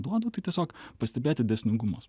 duodu tai tiesiog pastebėti dėsningumus